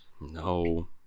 No